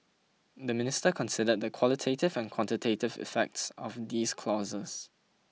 the Minister considered the qualitative and quantitative effects of these clauses